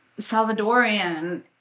salvadorian